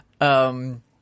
Um-